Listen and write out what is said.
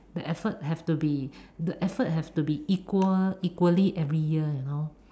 the effort have to be the effort have to be equal equally every year you know